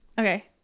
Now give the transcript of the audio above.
Okay